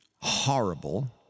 horrible